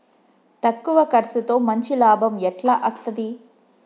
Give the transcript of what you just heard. తక్కువ కర్సుతో మంచి లాభం ఎట్ల అస్తది?